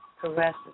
Caresses